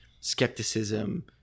skepticism